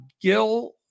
Gill